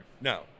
No